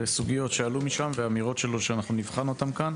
וסוגיות שעלו משם ואמירות שלו שאנחנו נבחן אותן כאן,